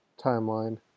timeline